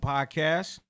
Podcast